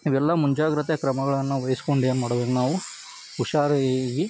ಇವೆಲ್ಲ ಮುಂಜಾಗ್ರತೆ ಕ್ರಮಗಳನ್ನು ವಹಿಸ್ಕೊಂಡು ಏನು ಮಾಡ್ಬೇಕು ನಾವು ಉಷಾರಾಗಿ